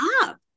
up